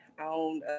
on